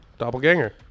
Doppelganger